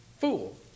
fool